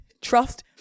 Trust